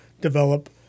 develop